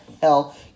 hell